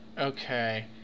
Okay